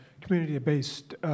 community-based